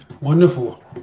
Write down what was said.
Wonderful